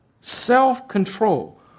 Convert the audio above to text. Self-control